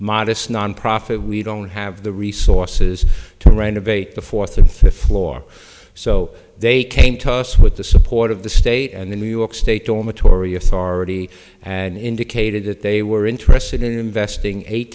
modest nonprofit we don't have the resources to renovate the fourth and fifth floor so they came to us with the support of the state and the new york state dormitory authority and indicated that they were interested in investing eight